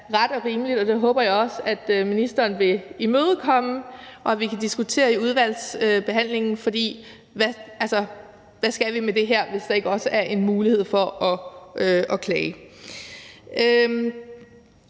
jeg er ret og rimeligt, og det håber jeg også at ministeren vil imødekomme og at vi kan diskutere i udvalgsbehandlingen. For hvad skal vi med det her, hvis der ikke også er en mulighed for at klage?